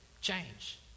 change